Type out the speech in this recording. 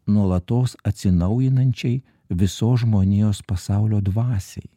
nuolatos atsinaujinančiai visos žmonijos pasaulio dvasiai